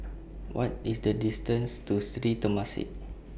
What IS The distance to Sri Temasek